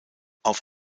auf